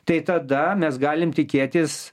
tai tada mes galim tikėtis